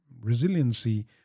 resiliency